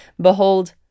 behold